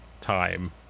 time